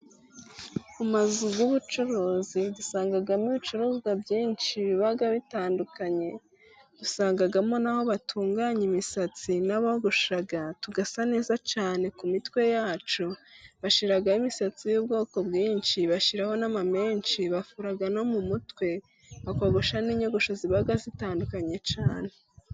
Mu mazu y'ubucuruzi dusangamo ibicuruzwa byinshi biba bitandukanye, dusangamo n'aho batunganya imisatsi n'abogosha tugasa neza cyane ku mitwe yacu, bashyiraho imisatsi y'ubwoko bwinshi bashiraho n'ama menshi, bafura no mu mutwe bakogosha n'inyogosho ziba zitandukanye cyane.